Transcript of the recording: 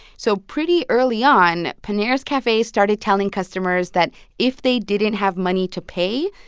so pretty early on, panera's cafe started telling customers that if they didn't have money to pay,